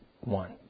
one